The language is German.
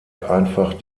einfach